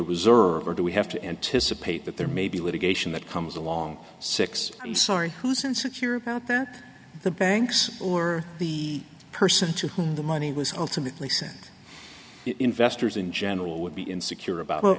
a reserve or do we have to anticipate that there may be litigation that comes along six i'm sorry who's insecure about that the banks or the person to whom the money was ultimately sent investors in general would be in secure about